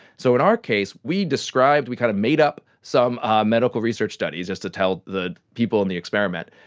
so in our case we described, we kind of made up some medical research studies just to tell the people in the experiment,